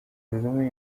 kagame